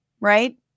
right